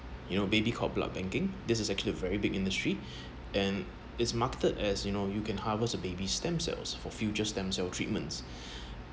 you know baby cord blood banking this is actually a very big industry and is marketed as you know you can harvest a baby stem cells for future stem cell treatments